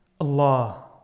Allah